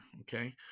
okay